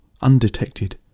undetected